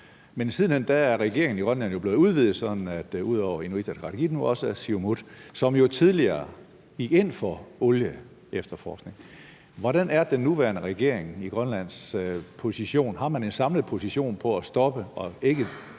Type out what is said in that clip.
men siden hen er regeringen i Grønland blevet udvidet, sådan at der ud over Inuit Ataqatigiit nu også er Siumut, som jo tidligere gik ind for olieefterforskning. Hvordan er den nuværende regering i Grønlands position? Har man en samlet position for at stoppe og ikke